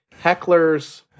hecklers